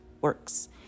works